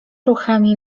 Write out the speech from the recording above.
ruchami